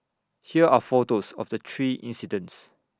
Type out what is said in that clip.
here are photos of the three incidents